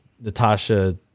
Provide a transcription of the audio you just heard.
Natasha